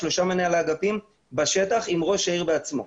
שלושה מנהלי אגפים בשטח עם ראש העיר בעצמו.